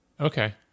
Okay